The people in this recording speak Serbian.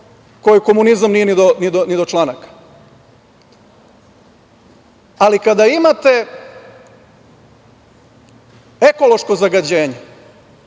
kojoj komunizam nije ni do članaka, ali kada imate ekološko zagađenje